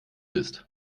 ist